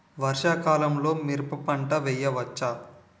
వర్షాకాలంలో మిరప పంట వేయవచ్చా?